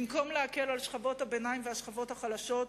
במקום להקל על שכבות הביניים והשכבות החלשות,